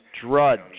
Drudge